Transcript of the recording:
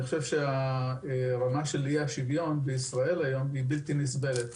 אני חושב שהרמה של אי השוויון בישראל היום היא בלתי נסבלת.